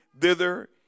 thither